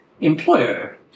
employer